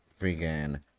freaking